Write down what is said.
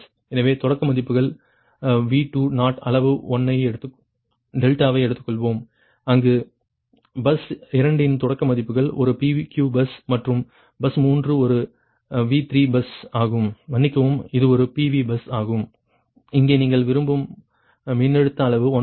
எனவே தொடக்க மதிப்புகள் V20 அளவு 1 ஐ எடுத்து டெல்டாவை எடுத்துக்கொள்வோம் அங்கு பஸ் 2 இன் தொடக்க மதிப்புகள் ஒரு PQ பஸ் மற்றும் பஸ் 3 ஒரு V 3 பஸ் ஆகும் மன்னிக்கவும் இது ஒரு PV பஸ் ஆகும் இங்கே நீங்கள் விரும்பும் மின்னழுத்த அளவு 1